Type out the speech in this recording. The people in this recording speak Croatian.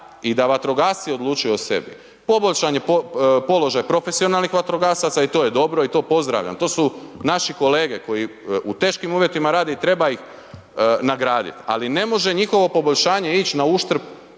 i da vatrogasci odlučuju o sebi, poboljšan je položaj profesionalnih vatrogasaca i to je dobro i to pozdravljam, to su naši kolege koji u teškim uvjetima rade i treba ih nagradit, ali ne može njihovo poboljšanje ić na uštrb